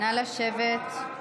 נא לשבת.